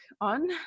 on